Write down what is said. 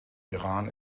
iran